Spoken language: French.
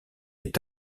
est